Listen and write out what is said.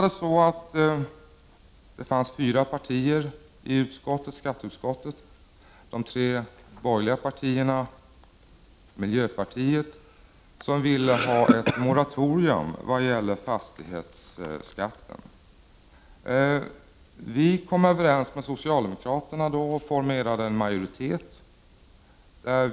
Det fanns då fyra partier i skatteutskottet, de tre borgerliga partierna och miljöpartiet, som ville ha ett moratorium när det gällde fastighetsskatten. Vi kom överens med socialdemokraterna och formerade en majoritet.